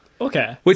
Okay